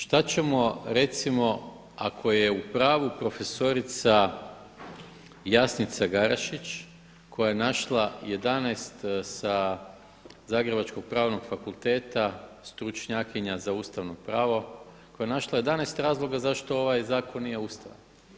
Šta ćemo recimo ako je u pravu profesorica Jasnica GArašić koja je našla 11 sa zagrebačkog Pravnog fakulteta stručnjakinja za ustavno pravo, koja je našla 11 razloga zašto ovaj zakon nije ustavan.